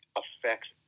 affects